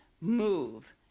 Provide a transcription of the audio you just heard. move